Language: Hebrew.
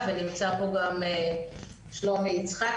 ולמצוא מענה שאנשים לא יפלו בין הכסאות,